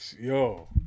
Yo